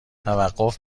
توقف